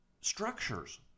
structures